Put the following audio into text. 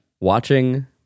Watching